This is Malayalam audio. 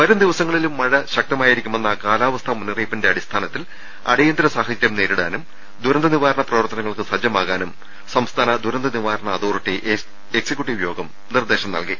വരും ദിവസങ്ങളിലും മഴ ശക്തമായിരിക്കുമെന്ന കാലാവസ്ഥാ മുന്നറിയിപ്പിന്റെ അടിസ്ഥാനത്തിൽ അടിയന്തര സാഹചര്യം നേരിടാനും ദുരന്ത നിവാരണ പ്രവർത്തനങ്ങൾക്ക് സജ്ജമാകാനും സംസ്ഥാന ദുരന്ത നിവാരണ അതോറിറ്റി എക്സിക്യൂട്ടീവ് കമ്മിറ്റി യോഗം നിർദ്ദേശം നൽകി